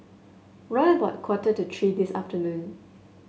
round about quarter to three this afternoon